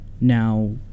now